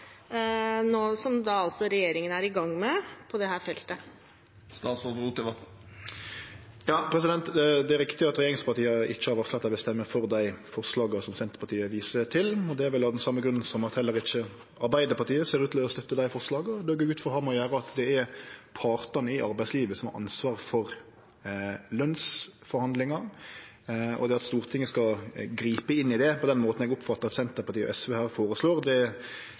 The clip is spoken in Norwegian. er i gang med på dette feltet? Det er riktig at regjeringspartia ikkje har varsla at dei vil stemme for dei forslaga som Senterpartiet viser til. Det er vel av den same grunnen som at heller ikkje Arbeidarpartiet ser ut til å støtte dei forslaga. Det går eg ut frå har med å gjere at det er partane i arbeidslivet som har ansvar for lønsforhandlingane. At Stortinget skal gripe inn i det på den måten som eg oppfattar at Senterpartiet og SV her føreslår, meiner i alle fall ikkje denne regjeringa er